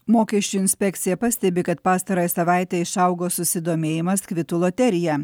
mokesčių inspekcija pastebi kad pastarąją savaitę išaugo susidomėjimas kvitų loterija